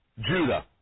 Judah